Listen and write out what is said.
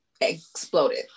exploded